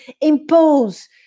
impose